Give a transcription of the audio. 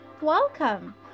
welcome